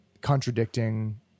contradicting